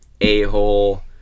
a-hole